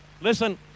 listen